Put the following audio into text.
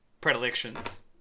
predilections